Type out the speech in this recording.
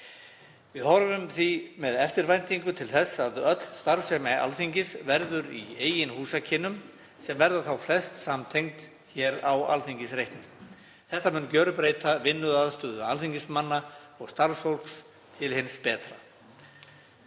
Við horfum með eftirvæntingu til þess að öll starfsemi Alþingis verði í eigin húsakynnum og verði þá flest samtengd hér á Alþingisreitnum. Þetta mun gjörbreyta vinnuaðstöðu alþingismanna og starfsfólks til hins betra.